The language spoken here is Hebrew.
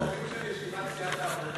אנחנו אורחים של ישיבת סיעת העבודה.